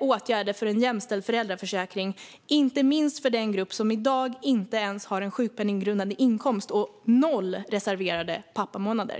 åtgärder för en jämställd föräldraförsäkring, inte minst för den grupp som i dag inte ens har en sjukpenninggrundande inkomst och som har noll reserverade pappamånader.